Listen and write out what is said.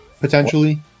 potentially